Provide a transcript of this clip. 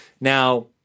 Now